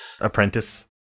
Apprentice